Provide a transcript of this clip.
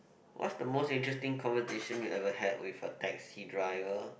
what's the most interesting conversation you ever had with a taxi driver